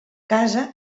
casa